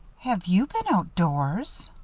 have you been outdoors?